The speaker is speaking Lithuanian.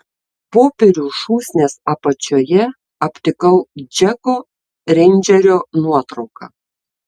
popierių šūsnies apačioje aptikau džeko reindžerio nuotrauką